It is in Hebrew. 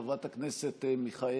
חברת הכנסת מיכאלי,